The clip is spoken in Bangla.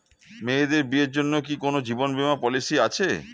মেয়েদের বিয়ের জন্য কি কোন জীবন বিমা পলিছি আছে?